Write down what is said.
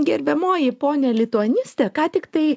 gerbiamoji ponia lituaniste ką tiktai